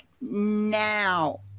now